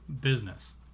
business